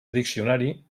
diccionari